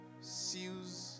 seals